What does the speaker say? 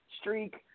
streak